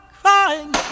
crying